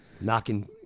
knocking